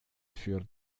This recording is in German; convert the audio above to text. für